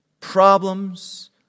problems